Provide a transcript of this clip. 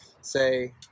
say